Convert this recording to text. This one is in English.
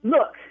Look